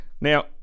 Now